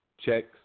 checks